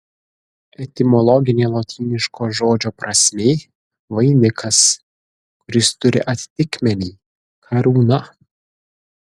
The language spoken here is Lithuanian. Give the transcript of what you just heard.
etimologinė lotyniško žodžio prasmė vainikas kuris turi atitikmenį karūna